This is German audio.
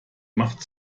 macht